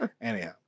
anyhow